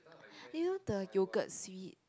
you know the yoghurt sweet